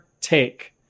take